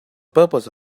purpose